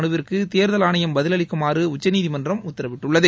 மனுவிற்கு தேர்தல் ஆணையம் பதிலளிக்குமாறு உச்சநீதிமன்றம் உத்தரவிட்டுள்ளது